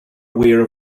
aware